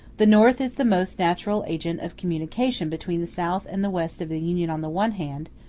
the north is the most natural agent of communication between the south and the west of the union on the one hand,